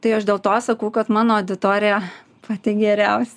tai aš dėl to sakau kad mano auditorija pati geriausia